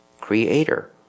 creator